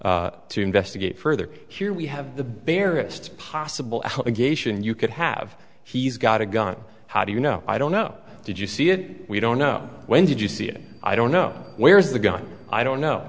to investigate further here we have the barest possible allegation you could have he's got a gun how do you know i don't know did you see it we don't know when did you see it i don't know where is the gun i don't know